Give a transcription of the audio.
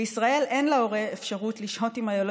בישראל אין להורה אפשרות לשהות עם היילוד